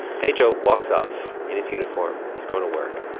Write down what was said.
pedro walks off in his uniform. he's going to work.